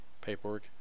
paperwork